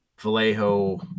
vallejo